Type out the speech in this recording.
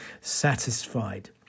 satisfied